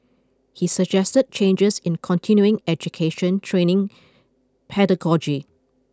he suggested changes in continuing education training pedagogy